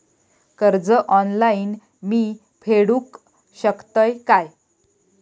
कर्ज ऑनलाइन मी फेडूक शकतय काय?